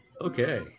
Okay